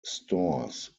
stores